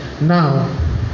Now